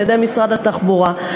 על-ידי משרד התחבורה.